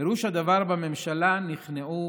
פירוש הדבר שבממשלה נכנעו